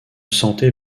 santé